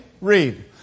Read